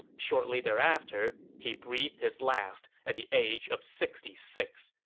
shortly thereafter, he breathed his last at the age of sixty six,